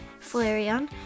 Flareon